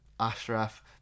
Ashraf